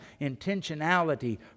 Intentionality